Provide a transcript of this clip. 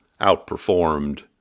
outperformed